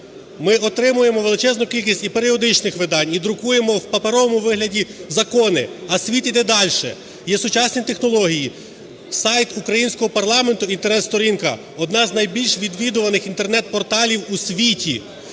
Ми отримуємо величезну кількість і періодичних видань, і друкуємо в паперовому вигляді закони, а світ йде далі, є сучасні технології. Сайт українського парламенту, Інтернет-сторінка одна з найбільш відвідуваних Інтернет-порталів у світі.